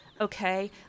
okay